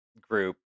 group